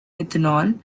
ethanol